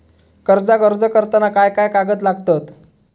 कर्जाक अर्ज करताना काय काय कागद लागतत?